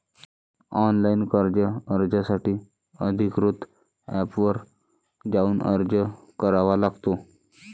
online कर्ज अर्जासाठी अधिकृत एपवर जाऊन अर्ज करावा लागतो